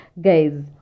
guys